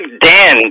Dan